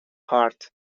heart